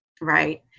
Right